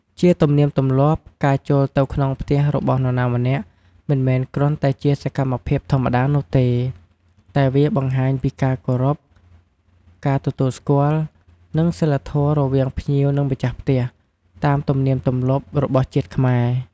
ជាទំនៀមទម្លាប់ ការចូលទៅក្នុងផ្ទះរបស់នរណាម្នាក់ មិនមែនគ្រាន់តែជាសកម្មភាពធម្មតានោះទេ តែវាបង្ហាញពីការគោរព ការទទួលស្គាល់ និងសីលធម៌រវាងភ្ញៀវនិងម្ចាស់ផ្ទះ តាមទំនៀមទម្លាប់របស់ជាតិខ្មែរ។